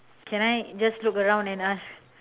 can I just look around and ask